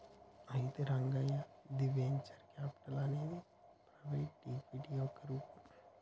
అయితే Rangayya the venture capital అనేది private equity యొక్క రూపం